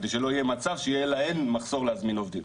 כדי שלא יהיה מצב שיהיה להם מחסור להזמין עובדים.